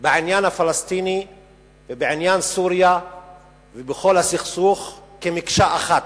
בעניין הפלסטיני ובעניין סוריה ובכל הסכסוך כמקשה אחת.